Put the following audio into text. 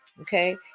okay